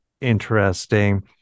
interesting